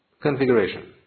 configuration